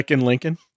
Lincoln